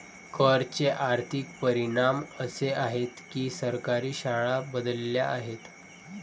कर चे आर्थिक परिणाम असे आहेत की सरकारी शाळा बदलल्या आहेत